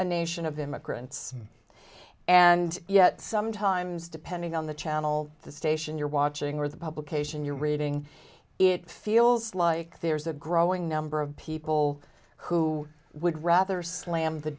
a nation of immigrants and yet sometimes depending on the channel the station you're watching or the publication you're reading it feels like there's a growing number of people who would rather slam the